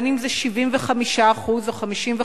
בין אם זה 75% או 55%,